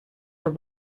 were